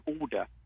Order